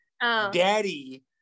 daddy